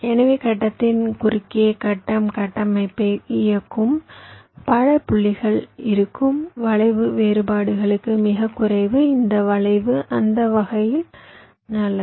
எனவே கட்டத்தின் குறுக்கே கட்டம் கட்டமைப்பை இயக்கும் பல புள்ளிகள் இருக்கும்போது வளைவு வேறுபாடுகளும் மிகக் குறைவு இந்த வளைவு அந்த அந்த வகையில் நல்லது